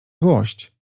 złość